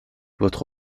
votre